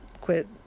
quit